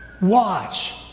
watch